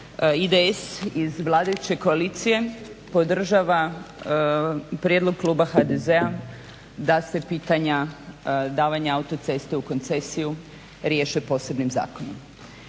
IDS iz vladajuće koalicije podržava prijedlog kluba HDZ-a da se pitanja davanja autoceste u koncesiju riješe posebnim zakonom.